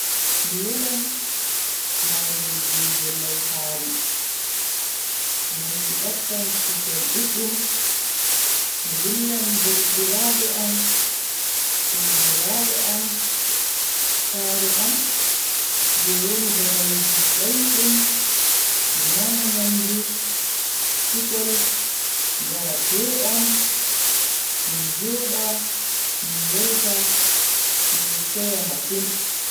Mi yelan larugo julde laihaari, ngam mi nyakkan kusel duddum, mi yillan derdiraabe am, sobiraabe am, saaro am je woni babalji daidum mi nyama nyamdu, kusel, njarateedam, min joda min yewta min seya masin.